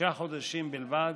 שישה חודשים בלבד,